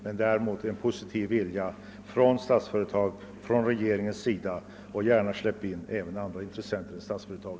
Det gör däremot en positiv vilja hos Statsföretag och regeringen. Släpp gärna in även andra intressenter än Statsföretag!